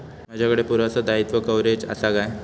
माजाकडे पुरासा दाईत्वा कव्हारेज असा काय?